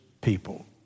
people